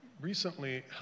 Recently